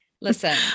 Listen